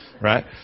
Right